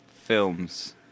films